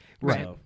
Right